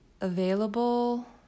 available